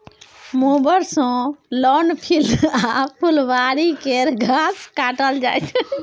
mower सँ lawn, field आ फुलबारी केर घास काटल जाइ छै